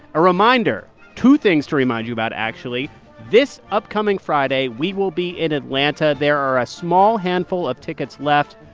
a reminder two things to remind you about, actually this upcoming friday, we will be in atlanta. there are a small handful of tickets left.